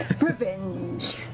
Revenge